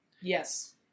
Yes